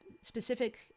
specific